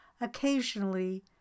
Occasionally